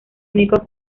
único